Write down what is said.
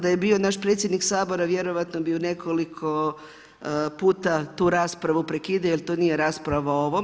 Da je bio naš predsjednik Sabora vjerojatno bi u nekoliko puta tu raspravu prekidao jer to nije rasprava o ovom.